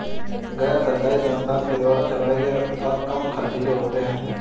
गैर सरकारी संस्थान के द्वारा चलाये गए अस्पताल कम ख़र्चीले होते हैं